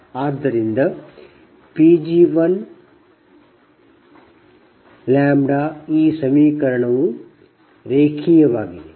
ಆದ್ದರಿಂದ Pg1 λ ಈ ಸಮೀಕರಣವು ರೇಖೀಯವಾಗಿದೆ